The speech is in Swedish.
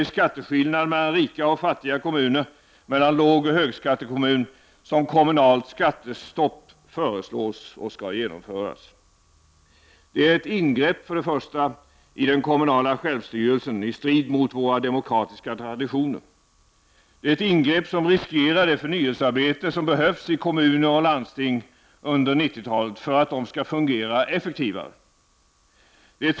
i skatteskillnad mellan rika och fattiga kommuner, mellan lågoch högskattekommun, som kommunalt skattestopp föreslås skall genomföras. Kommunalt skattestopp är ett ingrepp i den kommunala självstyrelsen i strid mot våra demokratiska traditioner. Det är ett ingrepp som riskerar det förnyelsearbete som behövs i kommuner och landsting under 90-talet för att de skall kunna fungera effektivt.